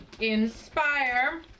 inspire